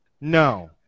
No